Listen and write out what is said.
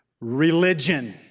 Religion